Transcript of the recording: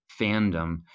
fandom